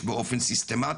ב"בואש" באופן סיסטמתי